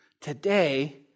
today